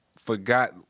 forgot